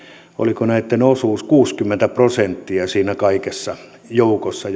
oliko nyt ulkomuistista kuusikymmentä prosenttia siinä kaikessa joukossa